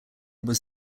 was